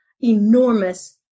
enormous